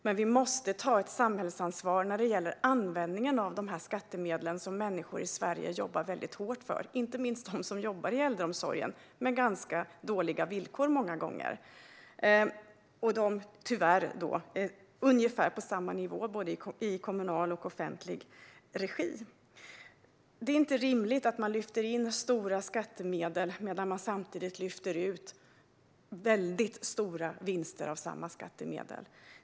Men vi måste ta ett samhällsansvar när det gäller användningen av de skattemedel som människor i Sverige jobbar hårt för. Det gäller inte minst dem som jobbar inom äldreomsorgen med många gånger ganska dåliga villkor. De ligger ofta tyvärr på samma nivå oavsett om det är i privat eller offentlig regi. Det är inte rimligt att man tar in stora skattemedel och samtidigt lyfter ut väldigt stora vinster från samma skattemedel.